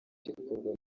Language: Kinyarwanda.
gikorwa